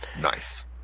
nice